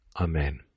Amen